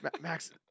Max